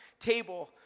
table